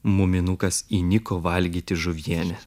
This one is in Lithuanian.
muminukas įniko valgyti žuvienę